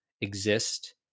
exist